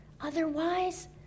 Otherwise